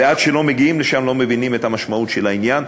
ועד שלא מגיעים לשם לא מבינים את המשמעות של העניין.